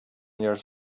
years